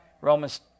Romans